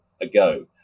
ago